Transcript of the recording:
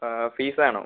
ഫീസാണോ